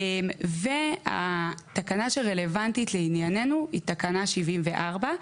התקנה שרלוונטית לענייננו היא תקנה 74,